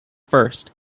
first